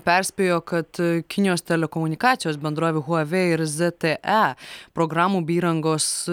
perspėjo kad kinijos telekomunikacijos bendrovių huavei ir zte programų bei įrangos